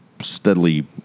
steadily